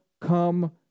come